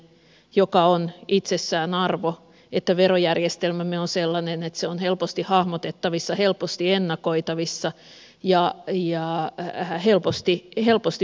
se on itsessään arvo että verojärjestelmämme on sellainen että se on helposti hahmotettavissa helposti ennakoitavissa ja helposti verotettavissa